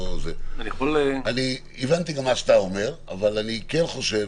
אבל אני כן חושב